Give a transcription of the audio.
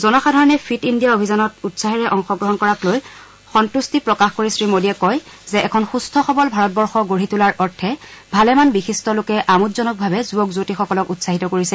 জনসাধাৰণে fit India অভিযানত উৎসাহেৰে অংশগ্ৰহণ কৰাক লৈ সন্তুষ্টি প্ৰকাশ কৰি শ্ৰীমোডীয়ে কয় যে এখন সুম্থ সবল ভাৰতবৰ্ষ গঢ়ি তোলাৰ অৰ্থে ভালেমান বিশিষ্ট লোকে আমোদজনকভাৱে যুৱক যুৱতীসকলক উৎসাহিত কৰিছে